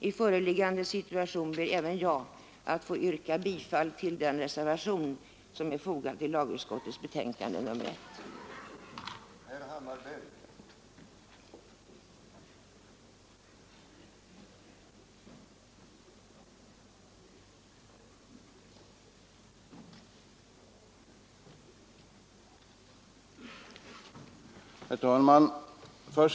I föreliggande situation ber även jag att få yrka bifall till den reservation som är fogad till lagutskottets betänkande nr 1.